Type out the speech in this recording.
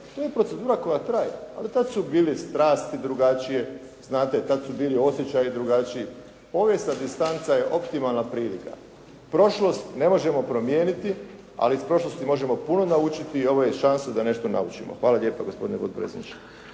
To je procedura koja traje, ali tada su bile strasti drugačije. Znate, tada su bili osjećaji drugačiji. Povijesna distanca je optimalna prilika. Prošlost ne možemo promijeniti, ali iz prošlosti možemo puno naučiti i ovo je šansa da nešto naučimo. Hvala lijepo gospodine potpredsjedniče.